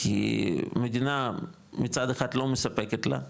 כי המדינה מצד אחד לא מספקת לה,